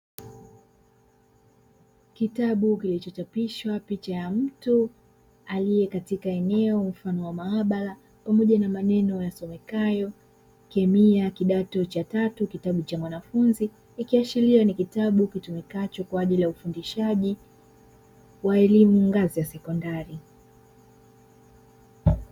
Kitabu kilichochapishwa picha ya mtu aliye katika eneo mfano wa maabara, pamoja na maneno yasomekayo kemia kidato cha tatu cha mwanafunzi, ikiashiria ni kitabu kitumikacho kwa ajili ya ufundishaji wa elimu ngazi ya sekondari.